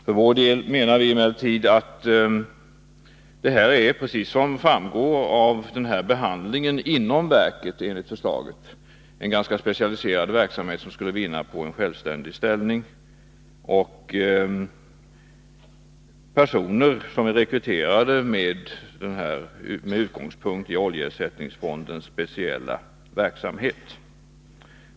För vår del menar vi emellertid att detta, precis som det framgår av behandlingen inom verket, är en ganska specialiserad verksamhet. Nämnden skulle vinna på en självständig ställning och på att innehålla personer som är rekryterade med utgångspunkt i oljeersättningsfondens speciella verksamhet.